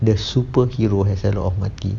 the superhero has a lot of money